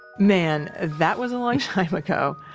man. that was a long time ago.